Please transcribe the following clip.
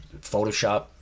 photoshop